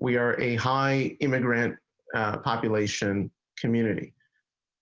we're a high immigrant population community